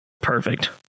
Perfect